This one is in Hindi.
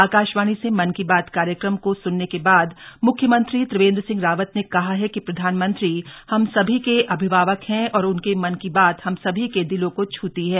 आकाशवाणी से मन की बात कार्यक्रम को सुनने के बाद मुख्यमंत्री त्रियेन्द्र सिंह रावत ने कहा है कि प्रधानमंत्री हम सभी के अभिभावक है और उनके मन की बात हम सभी के दिलों को छूती है